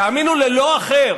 תאמינו ללא אחר